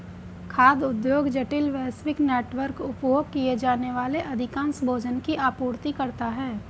खाद्य उद्योग जटिल, वैश्विक नेटवर्क, उपभोग किए जाने वाले अधिकांश भोजन की आपूर्ति करता है